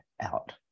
out